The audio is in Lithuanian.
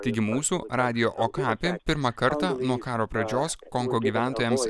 taigi mūsų radijo okapi pirmą kartą nuo karo pradžios kongo gyventojams